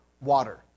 water